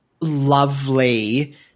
lovely